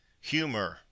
Humor